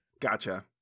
Gotcha